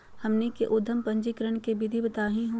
हमनी के उद्यम पंजीकरण के विधि बताही हो?